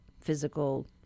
physical